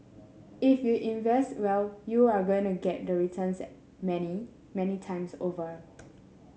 if you invest well you're going to get the returns many many times over